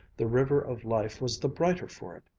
the river of life was the brighter for it,